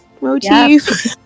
motif